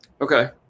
Okay